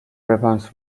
weapons